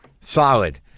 Solid